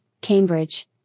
Cambridge